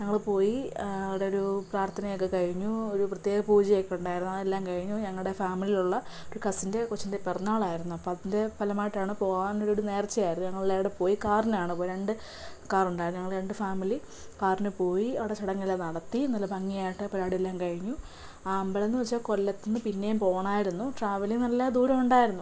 ഞങ്ങൾ പോയി അവിടെ ഒരു പ്രാർത്ഥനയൊക്കെ കഴിഞ്ഞു ഒരു പ്രത്യേക പൂജയൊക്കെ ഉണ്ടായിരുന്നു അതെല്ലാം കഴിഞ്ഞു ഞങ്ങളുടെ ഫാമിലിയിലുള്ള ഒരു കസിൻ്റെ കൊച്ചിൻ്റെ പിറന്നാളായിരുന്നു അപ്പം അതിൻ്റെ ഫലമായിട്ടാണ് പോവാമെന്ന് ഇവിടെ നേർച്ചയായിരുന്നു ഞങ്ങൾ അവിടെ പോയി കാറിനാണ് പോയത് രണ്ട് കാറുണ്ടായിരുന്നു ഞങ്ങൾ രണ്ട് ഫാമിലി കാറിന് പോയി അവിടെ ചടങ്ങെല്ലാം നടത്തി നല്ല ഭംഗിയായിട്ട് പരിപാടിയെല്ലാം കഴിഞ്ഞു ആ അമ്പലം എന്ന് വെച്ചാൽ കൊല്ലത്തിന് പിന്നേയും പോവണമായിരുന്നു ട്രാവലിങ് നല്ല ദൂരമുണ്ടായിരുന്നു